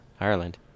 ireland